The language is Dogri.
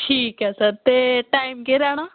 ठीक ऐ सर ते टाइम केह् रैह्ना